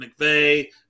McVeigh